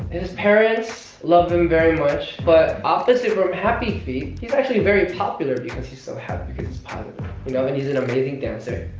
his parents love him very much, but opposite from happy feet, he's actually very popular because he's so happy, cause he's positive, you know? and he's an amazing dancer.